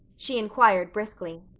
she inquired briskly.